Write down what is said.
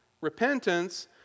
repentance